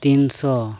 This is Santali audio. ᱛᱤᱱᱥᱚ